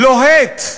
לוהט,